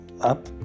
up